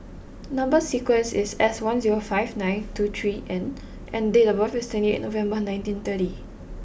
number sequence is S one zero five nine two three N and date of birth is twenty eight November ninety thirty